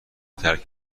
ترک